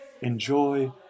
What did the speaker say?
Enjoy